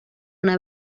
una